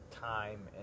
time